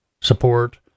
support